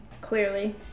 Clearly